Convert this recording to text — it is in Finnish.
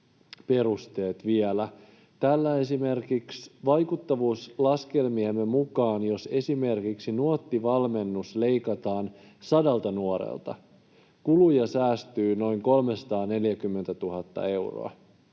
perusteet vielä. Täällä esimerkiksi vaikuttavuuslaskelmien mukaan, jos esimerkiksi Nuotti-valmennus leikataan sadalta nuorelta, kuluja säästyy noin 340 000 euroa,